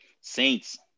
Saints